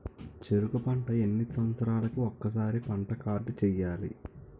చెరుకు పంట ఎన్ని సంవత్సరాలకి ఒక్కసారి పంట కార్డ్ చెయ్యాలి?